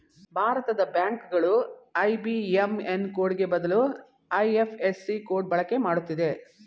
ಭಾರತದ ಬ್ಯಾಂಕ್ ಗಳು ಐ.ಬಿ.ಎಂ.ಎನ್ ಕೋಡ್ಗೆ ಬದಲು ಐ.ಎಫ್.ಎಸ್.ಸಿ ಕೋಡ್ ಬಳಕೆ ಮಾಡುತ್ತಿದೆ